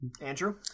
Andrew